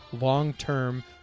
long-term